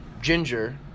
ginger